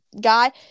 guy